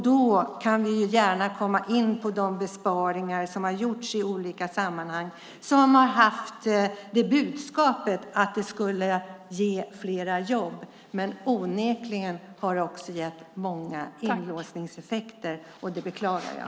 Då kan vi gärna komma in på de besparingar som har gjorts i olika sammanhang där budskapet har varit att de skulle ge fler jobb. Men onekligen har de också gett många inlåsningseffekter, och det beklagar jag.